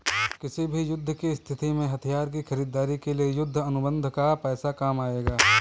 किसी भी युद्ध की स्थिति में हथियार की खरीदारी के लिए युद्ध अनुबंध का पैसा काम आएगा